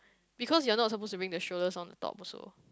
because you're not supposed to bring the strollers on the top also